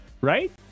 Right